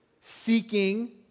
seeking